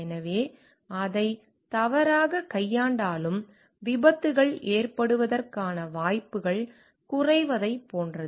எனவே அதை தவறாகக் கையாண்டாலும் விபத்துகள் ஏற்படுவதற்கான வாய்ப்புகள் குறைவதைப் போன்றது